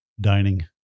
dining